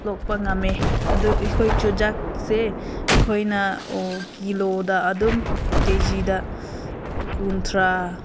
ꯂꯣꯛꯄ ꯉꯝꯃꯦ ꯑꯗꯨ ꯑꯩꯈꯣꯏ ꯆꯨꯖꯥꯛꯁꯦ ꯑꯩꯈꯣꯏꯅ ꯀꯤꯂꯣꯗ ꯑꯗꯨꯝ ꯀꯦ ꯖꯤꯗ ꯀꯨꯟꯊ꯭ꯔꯥ